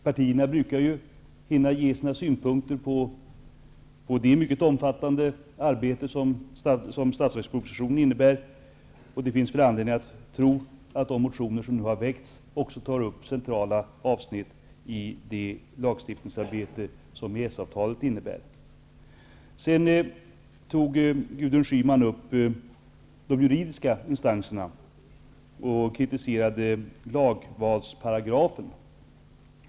Partierna brukar hinna ge sina synpunkter på det mycket omfattande arbete som statsverkspropositionen innebär. Det finns väl anledning att tro att de motioner som nu har väckts också tar upp centrala avsnitt i det lagstiftningsarbete som EES-avtalet innebär. Gudrun Schyman tog upp frågan om de juridiska instanserna, och hon kritiserade lagvalsparagrafen.